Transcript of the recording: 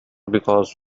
because